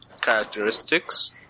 characteristics